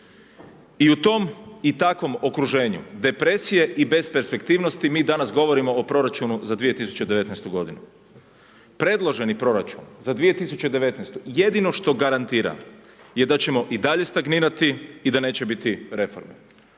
I u tom i takvom okruženju, depresije i besperspektivnosti, mi danas govorimo o proračunu za 2019. godinu. Predloženi proračun za 2019. jedino što garantira je da ćemo i dalje stagnirati i da neće biti reforme.